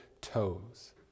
toes